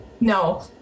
no